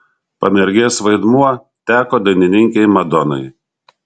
pamergės vaidmuo teko dainininkei madonai